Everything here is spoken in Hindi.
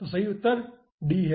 तो d सही उत्तर है